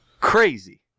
crazy